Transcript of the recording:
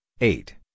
eight